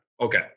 Okay